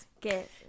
get